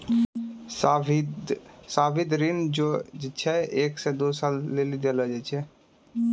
सावधि ऋण जे छै एक या दु सालो लेली देलो जाय छै